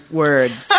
words